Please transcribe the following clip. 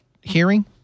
hearing